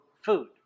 food